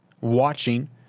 watching